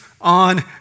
on